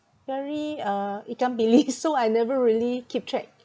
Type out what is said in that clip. very uh ikan bilis so I never really keep track